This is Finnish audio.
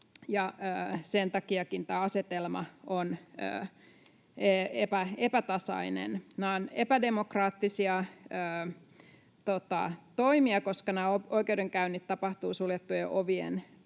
senkin takia tämä asetelma on epätasainen. Nämä ovat epädemokraattisia toimia, koska nämä oikeudenkäynnit tapahtuvat suljettujen ovien takana,